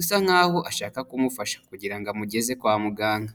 usa nkaho ashaka kumufasha kugira ngo amugeze kwa muganga.